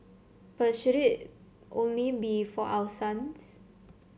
but should it only be for our sons